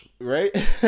Right